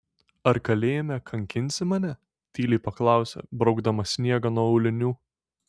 ar kalėjime kankinsi mane tyliai paklausė braukdama sniegą nuo aulinių